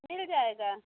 मिल जाएगा